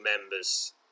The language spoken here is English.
members